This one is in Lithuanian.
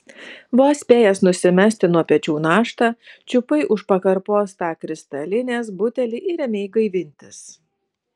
vos spėjęs nusimesti nuo pečių naštą čiupai už pakarpos tą kristalinės butelį ir ėmei gaivintis